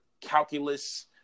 calculus